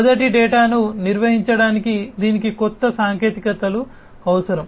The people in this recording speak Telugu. మొదటి డేటాను నిర్వహించడానికి దీనికి కొత్త సాంకేతికతలు అవసరం